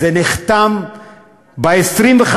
זה נחתם ב-25